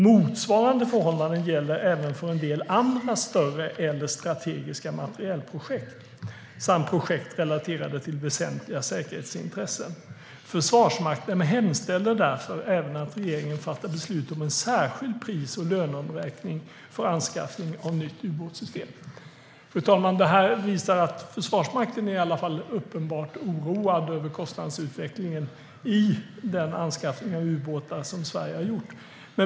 - Motsvarande förhållanden gäller även för en del andra större eller strategiska materielprojekt samt projekt relaterade till väsentliga säkerhetsintressen. Försvarsmakten hemställer därför även att regeringen fattar beslut om särskild pris och löneomräkning för anskaffning av nytt ubåtssystem." Fru talman! Det här visar att Försvarsmakten är uppenbart oroad över kostnadsutvecklingen i den anskaffning av ubåtar som Sverige har gjort.